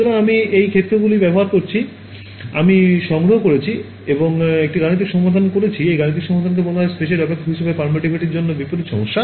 সুতরাং আমি এই ক্ষেত্রগুলি ব্যবহার করেছি যা আমি সংগ্রহ করেছি এবং একটি গাণিতিক সমস্যা সমাধান করেছি এই গাণিতিক সমস্যাটিকে বলা হয় স্পেসের অপেক্ষক হিসাবে permittivity এর জন্য বিপরীত সমস্যা